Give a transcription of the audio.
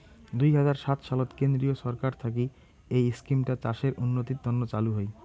দুই হাজার সাত সালত কেন্দ্রীয় ছরকার থাকি এই ইস্কিমটা চাষের উন্নতির তন্ন চালু হই